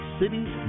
cities